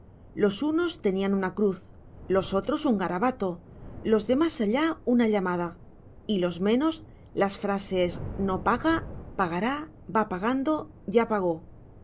los unos tenían una cruz los otros un garabato los de más allá una llamada y los menos las frases no paga pagará va pagando ya pagó